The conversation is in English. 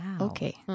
Okay